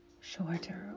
shorter